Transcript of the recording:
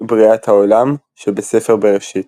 בריאת העולם שבספר בראשית,